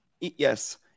Yes